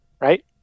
right